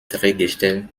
drehgestell